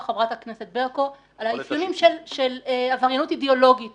חברת הכנסת ברקו על האפיונים של עבריינות אידיאולוגית